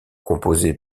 composée